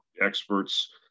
experts